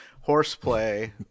horseplay